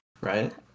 right